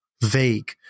vague